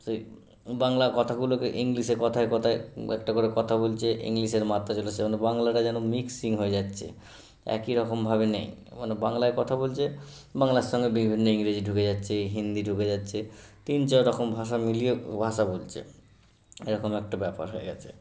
সেই বাংলা কথাগুলোকে ইংলিশে কথায় কথায় একটা করে কথা বলছে ইংলিশের মাত্রা চলে সেখানে বাংলাটা যেন মিক্সিং হয়ে যাচ্ছে একই রকমভাবে নেই মানে বাংলায় কথা বলছে বাংলার সঙ্গে বিভিন্ন ইংরেজি ঢুকে যাচ্ছে এই হিন্দি ঢুকে যাচ্ছে তিন চার রকম ভাষা মিলিয়ে ভাষা বলছে এরকম একটা ব্যাপার হয়ে গেছে